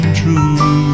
true